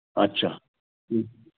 अच्छा ठीक